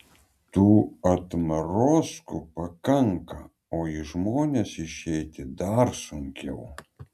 tų atmarozkų pakanka o į žmones išeiti dar sunkiau